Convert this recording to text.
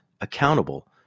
accountable